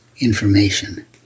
information